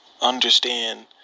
understand